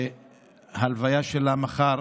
וההלוויה שלה מחר.